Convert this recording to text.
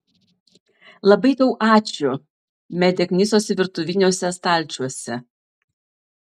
labai tau ačiū medė knisosi virtuviniuose stalčiuose